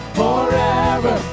forever